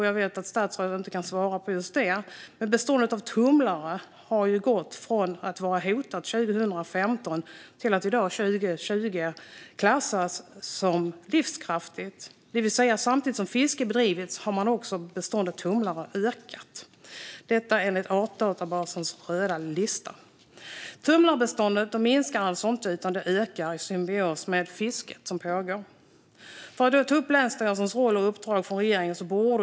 Jag vet att statsrådet inte kan svara på just den frågan, men beståndet av tumlare har gått från att vara hotat 2015 till att 2020 klassas som livskraftigt. Det innebär att samtidigt som fiske har bedrivits har beståndet av tumlare ökat - detta enligt Artdatabankens rödlista. Tumlarbeståndet minskar alltså inte utan ökar i symbios med fisket som pågår. Låt mig då ta upp länsstyrelsernas roll och uppdrag från regeringen.